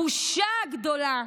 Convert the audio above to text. הבושה הגדולה,